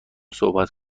صحبت